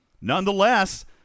Nonetheless